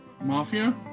mafia